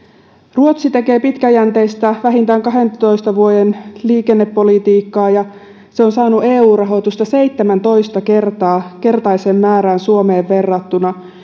ruotsi tekee pitkäjänteistä vähintään kahdentoista vuoden liikennepolitiikkaa ja se on saanut eu rahoitusta seitsemäntoista kertaisen määrän suomeen verrattuna